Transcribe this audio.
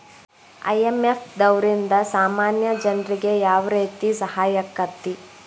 IMF ದವ್ರಿಂದಾ ಸಾಮಾನ್ಯ ಜನ್ರಿಗೆ ಯಾವ್ರೇತಿ ಸಹಾಯಾಕ್ಕತಿ?